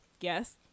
Yes